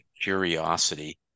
curiosity